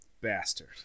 bastard